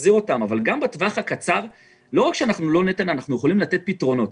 אבל גם בטווח הקצר לא רק שאנחנו לא נטל אלא אנחנו יכולים לתת פתרונות.